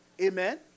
Amen